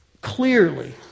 clearly